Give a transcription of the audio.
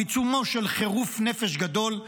בעיצומו של חירוף נפש גדול,